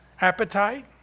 appetite